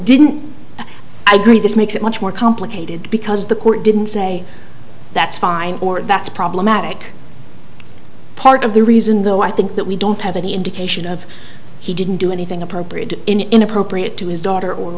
didn't agree this makes it much more complicated because the court didn't say that's fine or that's problematic part of the reason though i think that we don't have any indication of he didn't do anything appropriate inappropriate to his daughter or